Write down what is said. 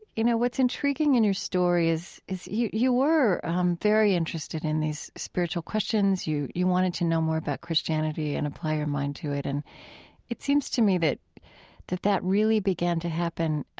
you know, what's intriguing in your story is is you you were very interested in these spiritual questions. you you wanted to know more about christianity and apply your mind to it. and it seems to me that that that really began to happen